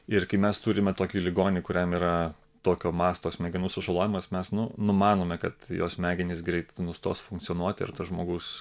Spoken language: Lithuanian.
ir kai mes turime tokį ligonį kuriam yra tokio masto smegenų sužalojimas mes nu numanome kad jo smegenys greit nustos funkcionuoti ir tas žmogus